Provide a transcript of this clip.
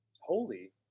Holy